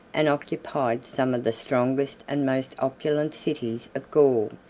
and occupied some of the strongest and most opulent cities of gaul.